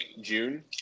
June